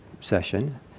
session